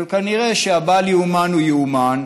אבל כנראה שהבל-ייאמן הוא ייאמן,